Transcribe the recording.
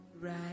Right